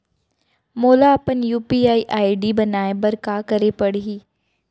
मोला अपन UPI ID बनाए बर का करे पड़ही?